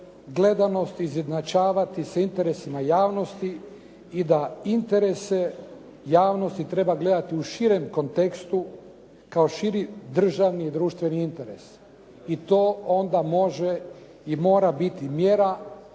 gledanost izjednačavati sa interesima javnosti i da interese javnosti treba gledati u širem kontekstu kao širi državni i društven interes, i to onda može i mora biti mjera